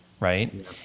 right